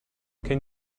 can